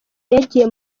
yagiye